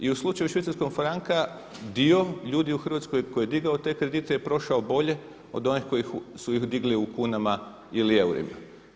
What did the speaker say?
I u slučaju švicarskog franka dio ljudi u Hrvatskoj koji je digao te kredite je prošao bolje od onih koji su ih digli u kunama ili eurima.